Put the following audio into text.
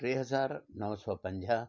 टे हज़ार नव सौ पंजाह